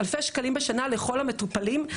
אלפי שקלים בשנה לכל המטופלים,